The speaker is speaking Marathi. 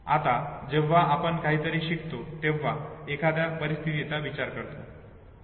आता जेव्हा आपण काहीतरी शिकतो तेव्हा एखाद्या परिस्थितीचा विचार करतो